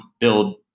build